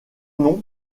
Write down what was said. nom